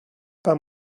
pas